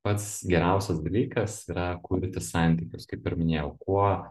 pats geriausias dalykas yra kurti santykius kaip ir minėjau kuo